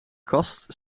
kast